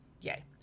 Yay